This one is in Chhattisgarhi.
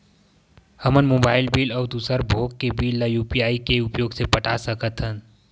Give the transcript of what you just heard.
हमन मोबाइल बिल अउ दूसर भोग के बिल ला यू.पी.आई के उपयोग से पटा सकथन